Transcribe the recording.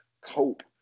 cope